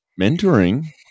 mentoring